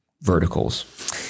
verticals